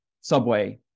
subway